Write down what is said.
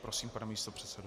Prosím, pane místopředsedo.